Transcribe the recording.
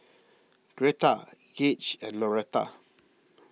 Gretta Gage and Loretta